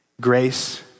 Grace